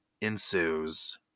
ensues